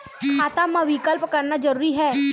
खाता मा विकल्प करना जरूरी है?